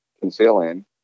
concealing